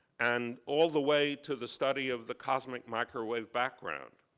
and all the way to the study of the cosmic microwave background.